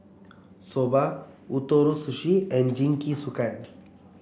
Soba Ootoro Sushi and Jingisukan